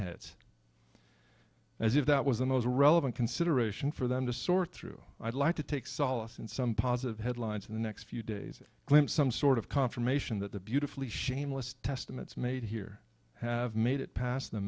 pinheads as if that was the most relevant consideration for them to sort through i'd like to take solace in some positive headlines in the next few days glimpse some sort of confirmation that the beautifully shameless testaments made here have made it past the